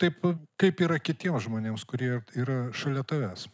taip kaip yra kitiems žmonėms kurie vat yra šalia tavęs